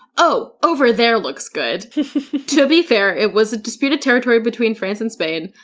oh, over there looks good to be fair, it was a disputed territory between france and spain.